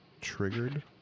triggered